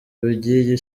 by’iyi